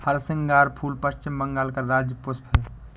हरसिंगार फूल पश्चिम बंगाल का राज्य पुष्प है